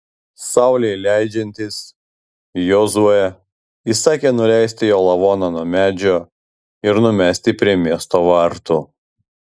saulei leidžiantis jozuė įsakė nuleisti jo lavoną nuo medžio ir numesti prie miesto vartų